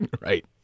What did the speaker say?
right